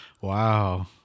Wow